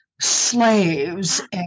slaves